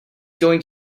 going